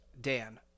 Dan